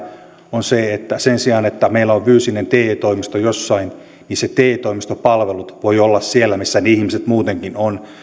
on se että sen sijaan että meillä on fyysinen te toimisto jossain ne te toimistopalvelut voivat olla siellä missä ne ihmiset muutenkin ovat